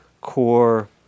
core